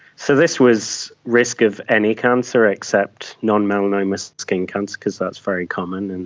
so this was risk of any cancer except non-melanoma skin cancer because that's very common. and